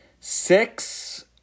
Six